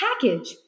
package